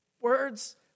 Words